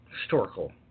historical